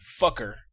Fucker